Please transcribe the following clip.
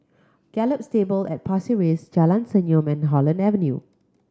Gallop Stables at Pasir Ris Jalan Senyum and Holland Avenue